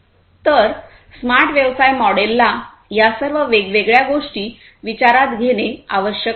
तर स्मार्ट व्यवसाय मॉडेलला या सर्व वेगवेगळ्या गोष्टी विचारात घेणे आवश्यक आहे